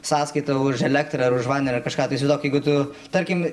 sąskaitų už elektrą ar už vandenį ar kažką įsivaizduok jeigu tu tarkim